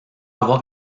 avoir